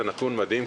זה נתון מדהים.